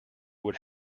would